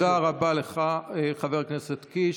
תודה רבה לך, חבר הכנסת קיש.